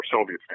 Soviet